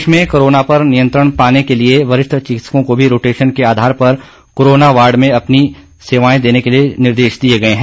प्रदेश में कोरोना पर नियंत्रण पाने के वरिष्ठ चिकित्सकों को भी रोटेशन के आधार पर कोरोना वार्ड में अपनी सेवाएं देने के निर्देश दिए गए हैं